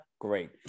Great